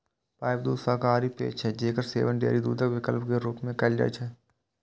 pipe दूध शाकाहारी पेय छियै, जेकर सेवन डेयरी दूधक विकल्प के रूप मे कैल जाइ छै